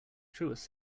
truest